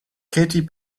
katy